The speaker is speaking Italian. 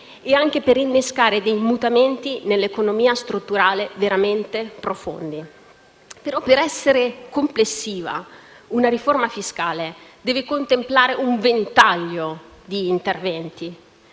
e anche per innescare dei mutamenti nell'economia strutturale veramente profondi. Per essere complessiva, una riforma fiscale deve però contemplare un ventaglio di interventi,